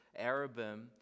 arabim